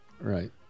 right